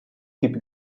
keep